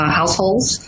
households